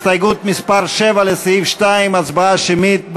גם הסתייגות מס' 6 לסעיף 2 לא התקבלה.